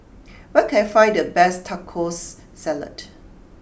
where can I find the best Tacos Salad